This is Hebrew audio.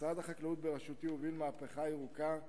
משרד החקלאות בראשותי הוביל מהפכה ירוקה,